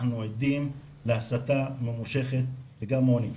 אנחנו עדים להסתה ממושכת וגם עוני.